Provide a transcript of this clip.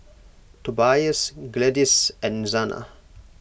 Tobias Gladyce and Zana